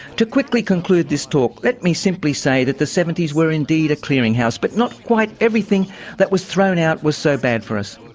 to quickly conclude this talk, let me simply say that the seventy s were indeed a clearing house but not quite everything that was thrown out was so bad for us.